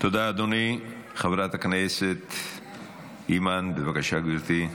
תודה, אדוני, חברת הכנסת אימאן, בבקשה, גברתי.